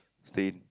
stay